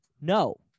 No